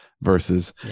versus